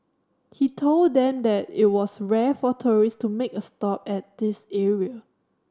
he told them that it was rare for tourist to make a stop at this area